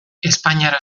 espainiara